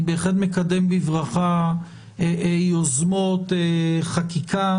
אני בהחלט מקדם בברכה יוזמות חקיקה